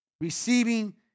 Receiving